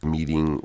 Meeting